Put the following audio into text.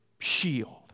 shield